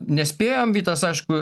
nespėjom vytas aišku